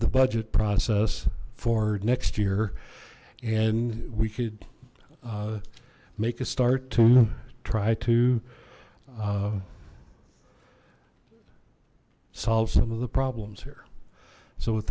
the budget process for next year and we could make a start to try to solve some of the problems here so with